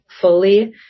fully